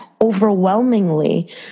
overwhelmingly